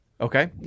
Okay